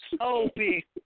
Opie